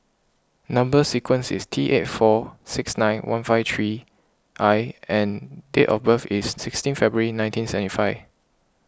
Number Sequence is T eight four six nine one five three I and date of birth is sixteen February nineteen seventy five